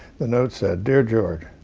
the note said, dear george,